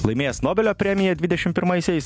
laimėjęs nobelio premiją dvidešim pirmaisiais